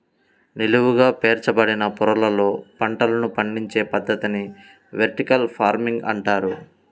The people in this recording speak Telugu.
నిలువుగా పేర్చబడిన పొరలలో పంటలను పండించే పద్ధతిని వెర్టికల్ ఫార్మింగ్ అంటారు